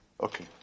Okay